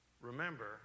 remember